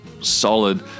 solid